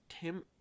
Tim